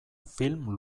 film